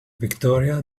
victoria